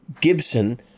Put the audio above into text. Gibson